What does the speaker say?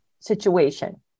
situation